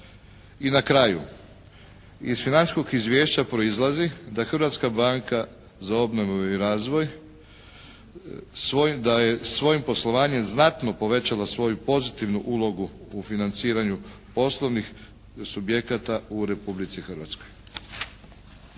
I na kraju iz financijskog izvješća proizlazi da Hrvatska banka za obnovu i razvoj, da je svojim poslovanjem znatno povećala svoju pozitivnu ulogu u financiranju osnovnih subjekata u Republici Hrvatskoj.